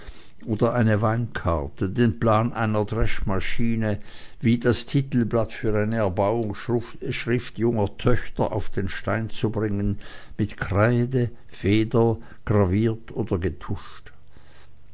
oder eine weinkarte den plan einer dreschmaschine wie das titelblatt für eine erbauungsschrift junger töchter auf den stein zu bringen mit kreide feder graviert oder getuscht